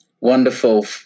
Wonderful